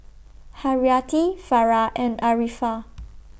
Haryati Farah and Arifa